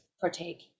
partake